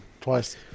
Twice